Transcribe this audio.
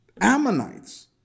Ammonites